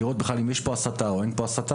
לראות בכלל אם יש פה הסתה או אין פה הסתה.